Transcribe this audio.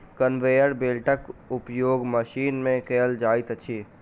conveyor बेल्टक उपयोग machine मे कयल जाइत अछि